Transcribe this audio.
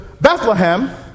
Bethlehem